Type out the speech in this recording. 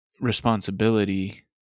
responsibility